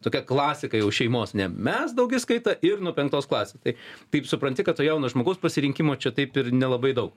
tokia klasika jau šeimos ne mes daugiskaita ir nuo penktos klasės tai taip supranti kad to jauno žmogaus pasirinkimo čia taip ir nelabai daug